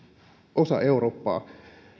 osa eurooppaa ja